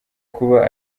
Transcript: kuba